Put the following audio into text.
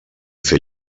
fer